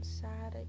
sad